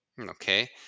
okay